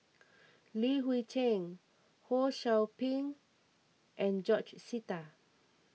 Li Hui Cheng Ho Sou Ping and George Sita